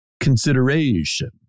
consideration